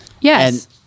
yes